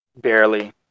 Barely